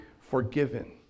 forgiven